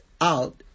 out